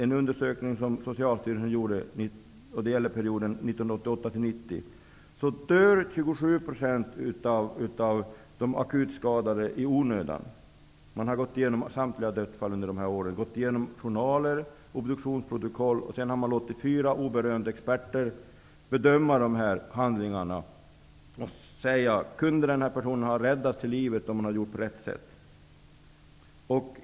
En undersökning som Socialstyrelsen gjorde i visade att 27 % av de akut sjuka dog i onödan. Man gick igenom journaler och obduktionsprotokoll från samtliga dödsfall. Fyra oberoende experter fick bedöma handlingarna och säga om personerna kunde ha räddats till livet om man hade gjort på rätt sätt.